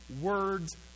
words